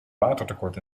watertekort